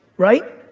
right?